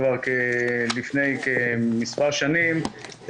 כבר לפני מספר שנים,